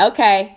Okay